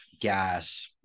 gas